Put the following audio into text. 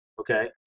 okay